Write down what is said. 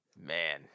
man